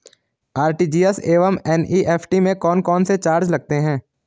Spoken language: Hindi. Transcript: आर.टी.जी.एस एवं एन.ई.एफ.टी में कौन कौनसे चार्ज लगते हैं?